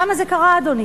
למה זה קרה, אדוני?